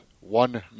one